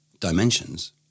Dimensions